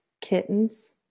Kittens